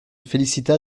félicita